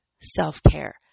self-care